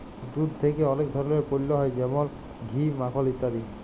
দুধ থেক্যে অলেক ধরলের পল্য হ্যয় যেমল ঘি, মাখল ইত্যাদি